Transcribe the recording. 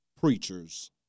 preachers